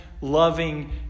loving